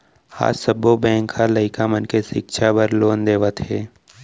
आज सब्बो बेंक ह लइका मन के सिक्छा बर लोन देवत हे